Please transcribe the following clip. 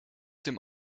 dem